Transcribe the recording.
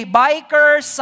bikers